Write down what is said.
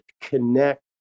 connect